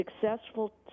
successful